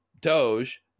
Doge